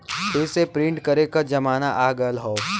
फिर से प्रिंट करे क जमाना आ गयल हौ